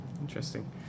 interesting